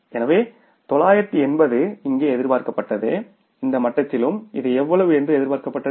எனவே 980 இங்கே எதிர்பார்க்கப்பட்டது இந்த மட்டத்திலும் இது எவ்வளவு என்று எதிர்பார்க்கப்பட்டது